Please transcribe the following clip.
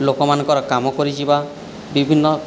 ଲୋକମାନଙ୍କର କାମ କରିଯିବା ବିଭିନ୍ନ